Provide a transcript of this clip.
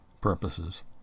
purposes